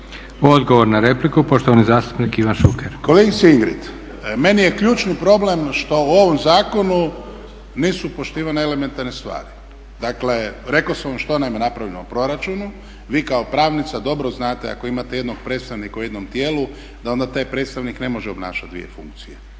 Odgovor na repliku, poštovani zastupnik Ivan Šuker. **Šuker, Ivan (HDZ)** Meni je ključni problem što u ovom zakonu nisu poštivane elementarne stvari. Dakle rekao sam vam što nam je napravljeno u proračunu, vi kao pravnica dobro znate ako imate jednog predstavnika u jednom tijelu da onda taj predstavnik ne može obnašat dvije funkcije,